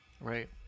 right